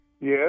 Yes